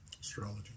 Astrology